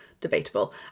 debatable